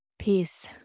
peace